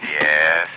Yes